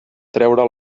treure